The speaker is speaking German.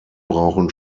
brauchen